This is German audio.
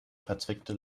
verzwickte